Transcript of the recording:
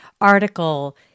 article